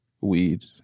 weed